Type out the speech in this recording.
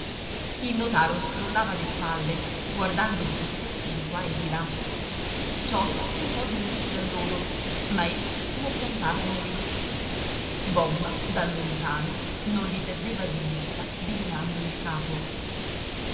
il notaro scrollava le spalle guardando sottecchi di qua e di là ciolla tentò di unirsi a loro ma essi lo piantarono lì bomma da lontano non li perdeva di vista dimenando il capo